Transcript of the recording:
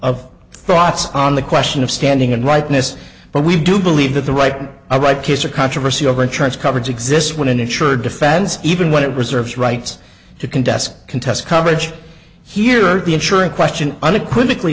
of thoughts on the question of standing and rightness but we do believe that the right eye right kister controversy over insurance coverage exists when an insurer defends even when it reserves rights to contest contest coverage here the insurer question unequivocal